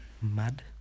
Mud